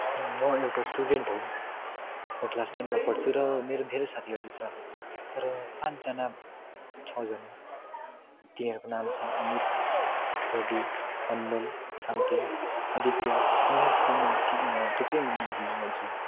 म एउटा स्टुडेन्ट हो म क्लास टेनमा पढ्छु र मेरो धेरै साथीहरू छ तर पाँचजना छजना तिनीहरूको नाम छ अमित प्रदिप अनमोल साम्तेन अदित्य यिनीहरूसित म थिप थुप्रै मिल्ने जुल्ने गर्छु